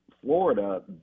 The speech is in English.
Florida